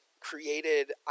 created